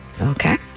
Okay